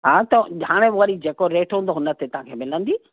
हा त हाणे वरी जेको रेट हूंदो हुनते तव्हांखे मिलंदी